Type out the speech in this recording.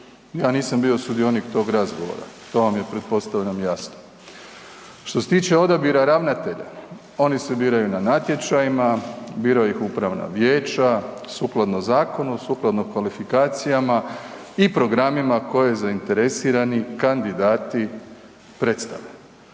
ja nisam bio sudionik tog razgovora, to vam je pretpostavljam jasno. Što se tiče odabira ravnatelja, oni se biraju na natječajima, biraju ih upravna vijeća sukladno zakonu, sukladno kvalifikacijama i programima koje zainteresirani kandidati predstavljaju.